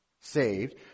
saved